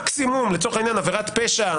מקסימום לצורך העניין עבירת פשע,